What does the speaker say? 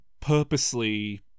purposely